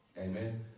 Amen